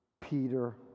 Peter